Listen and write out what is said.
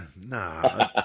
Nah